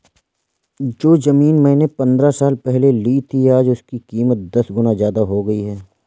जो जमीन मैंने पंद्रह साल पहले ली थी, आज उसकी कीमत दस गुना जादा हो गई है